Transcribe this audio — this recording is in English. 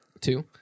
Two